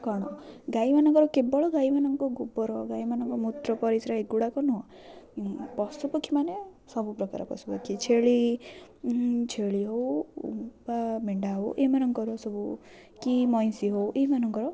କ'ଣ ଗାଈମାନଙ୍କର କେବଳ ଗାଈମାନଙ୍କ ଗୋବର ଗାଈମାନଙ୍କ ମୂତ୍ର ପରିସ୍ରା ଏଗୁଡ଼ାକ ନୁହେଁ ପଶୁପକ୍ଷୀ ମାନେ ସବୁ ପ୍ରକାର ପଶୁପକ୍ଷୀ ଛେଳି ଛେଳି ହଉ ବା ମେଣ୍ଢା ହଉ ଏମାନଙ୍କର ସବୁ କି ମଇଁଷି ହଉ ଏମାନଙ୍କର